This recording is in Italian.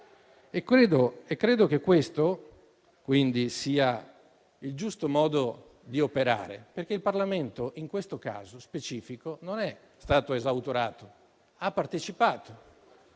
e credo che questo sia il giusto modo di operare, perché il Parlamento, in questo caso specifico, non è stato esautorato, ma ha partecipato.